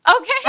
Okay